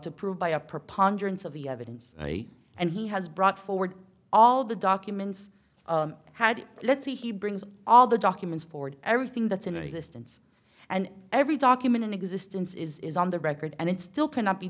to prove by a preponderance of the evidence and he has brought forward all the documents had let's say he brings all the documents forward everything that's in existence and every document in existence is on the record and it still cannot be